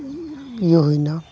ᱤᱭᱟᱹ ᱦᱩᱭᱱᱟ